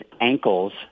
ankles